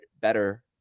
better